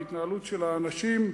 בהתנהלות של האנשים,